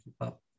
up